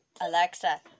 Alexa